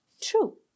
true